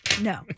No